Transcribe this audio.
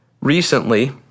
recently